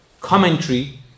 commentary